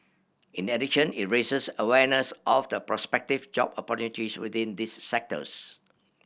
in addition it raises awareness of the prospective job opportunities within these sectors